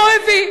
לא הביא.